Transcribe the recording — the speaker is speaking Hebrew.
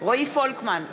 רועי פולקמן,